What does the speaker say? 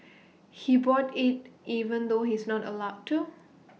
he bought IT even though he's not allowed to